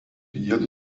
jiedu